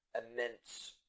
immense